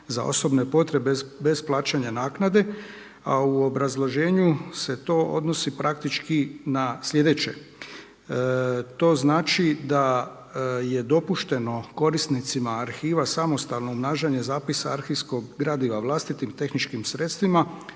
za osobne potrebe bez plaćanja naknade.“ A u obrazloženju se to odnosi praktički na sljedeće: „To znači da je dopušteno korisnicima arhiva samostalno umnažanje zapisa arhivskog gradiva vlastitim tehničkim sredstvima